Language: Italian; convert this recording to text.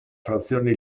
frazione